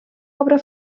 obra